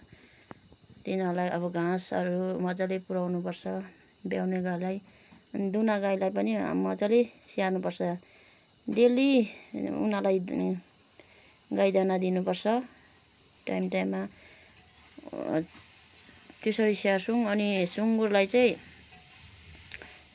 तिनीहरूलाई अब घाँसहरू मजाले पुर्याउनु पर्छ ब्याउने गाईलाई अनि दुहुनो गाईलाई पनि मजाले स्याहार्नु पर्छ डेली उनीहरूलाई गाई दाना दिनु पर्छ टाइम टाइममा त्यसरी स्याहार्छौँ अनि सुँगुरलाई चाहिँ